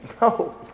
No